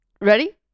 ready